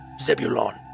Zebulon